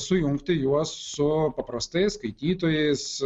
sujungti juos su paprastais skaitytojais